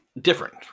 different